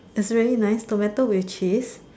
is really nice tomato with cheese